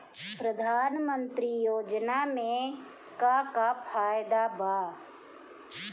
प्रधानमंत्री योजना मे का का फायदा बा?